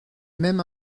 même